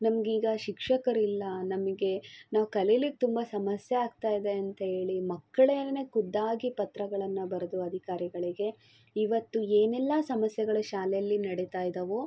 ನಮಗೀಗ ಶಿಕ್ಷಕರಿಲ್ಲ ನಮಗೆ ನಾವು ಕಲೀಲಿಕ್ ತುಂಬ ಸಮಸ್ಯೆ ಆಗ್ತಾ ಇದೆ ಅಂತ ಹೇಳಿ ಮಕ್ಕಳೇನೆ ಖುದ್ದಾಗಿ ಪತ್ರಗಳನ್ನು ಬರೆದು ಅಧಿಕಾರಿಗಳಿಗೆ ಇವತ್ತು ಏನೆಲ್ಲಾ ಸಮಸ್ಯೆಗಳು ಶಾಲೆಯಲ್ಲಿ ನಡಿತಾ ಇದ್ದಾವೋ